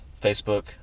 Facebook